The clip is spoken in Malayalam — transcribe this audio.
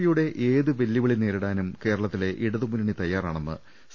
പിയുടെ ഏതു വെല്ലുവിളി നേരിടാനും കേരളത്തിലെ ഇടതുമുന്നണി തയ്യാറാണെന്ന് സി